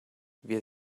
wir